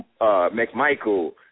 McMichael